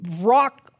rock